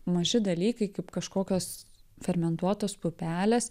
maži dalykai kaip kažkokios fermentuotos pupelės